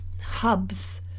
hubs